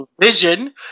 vision